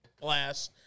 glass